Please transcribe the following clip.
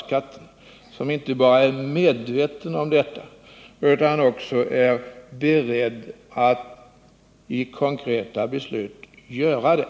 Vi hoppas att vi får en riksdagsmajoritet som inte bara är medveten om det utan som också är beredd att genom konkreta beslut göra det.